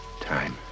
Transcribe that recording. time